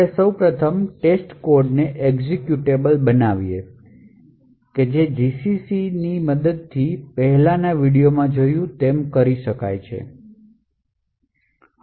આપણે સૌ પ્રથમ ટેસ્ટકોડને એક્ઝેક્યુટેબલ બનાવીએ છીએ gcc કે જે પહેલાની વિડિઓમાં જોયું તેનો ઉપયોગ કરીને